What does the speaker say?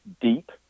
deep